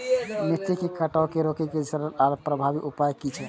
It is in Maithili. मिट्टी के कटाव के रोके के सरल आर प्रभावी उपाय की?